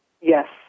Yes